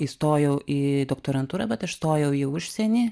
įstojau į doktorantūrą bet aš stojau į į užsienį